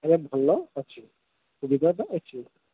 ଆରେ ଭଲ ଅଛି ସୁବିଧା ତ ଅଛି